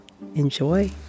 enjoy